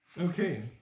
Okay